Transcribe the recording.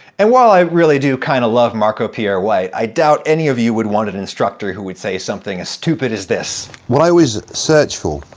and while i really do kinda kind of love marco pierre white, i doubt any of you would want an instructor who would say something as stupid as this what i always search for,